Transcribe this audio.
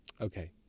Okay